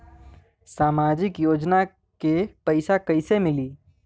सामाजिक योजना के पैसा कइसे मिली?